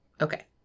Okay